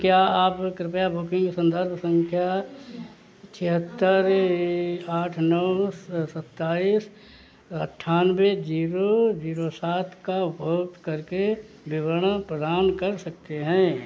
क्या आप कृपया बुकिंग संदर्भ संख्या छिहत्तर ए आठ नौ सत्ताईस अट्ठानवे जीरो जीरो सात का उपभोक्त करके विवरण प्रदान कर सकते हैं